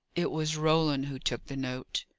it was roland who took the note.